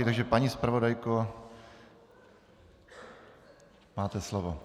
Takže paní zpravodajko, máte slovo.